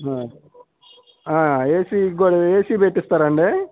AC కూడా AC పెట్టిస్తారాండి